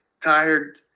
tired